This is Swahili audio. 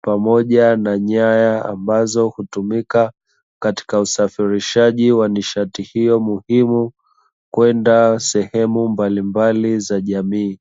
pamoja na nyaya ambazo hutumika katika usafirishaji wa nishati hiyo muhimu, kwenda sehemu mbalimbali za jamii.